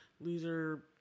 loser